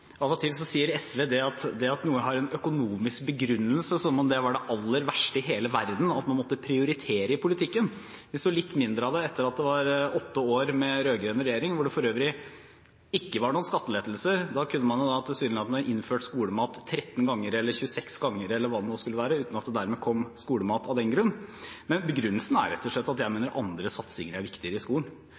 var det aller verste i hele verden at man måtte prioritere i politikken. Vi så litt mindre av det etter at det var åtte år med rød-grønn regjering, hvor det for øvrig ikke var noen skattelettelser. Da kunne man tilsynelatende innført skolemat 13 ganger eller 26 ganger eller hva det nå skulle være, uten at det dermed kom skolemat av den grunn. Men begrunnelsen er rett og slett at jeg mener andre satsinger er viktigere i skolen.